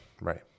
Right